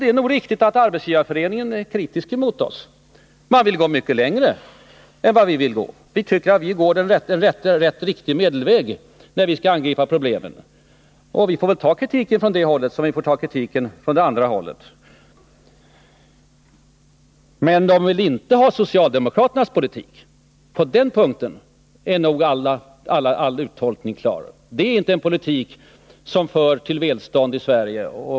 Det är nog riktigt att Arbetsgivareföreningen är kritisk mot oss: Man vill gå mycket längre än vi vill. Vi tycker att vi går en riktig medelväg när vi angriper problemen. Vi får väl ta kritiken från det hållet, precis som vi får ta kritiken från det andra hållet. Men arbetsgivarsidan vill inte ha socialdemokraternas politik! Den tolkningen är helt klar. Det är inte en politik som för till välstånd i Sverige.